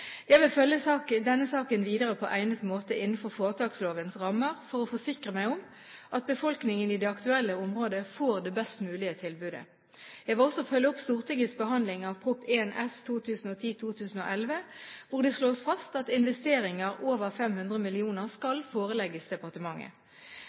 Jeg vil følge denne saken videre på egnet måte innenfor foretakslovens rammer for å forsikre meg om at befolkningen i det aktuelle området får det best mulige tilbudet. Jeg vil også følge opp Stortingets behandling av Prop. 1 S for 2010–2011, hvor det slås fast at investeringer over 500 mill. kr skal